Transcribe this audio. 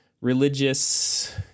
religious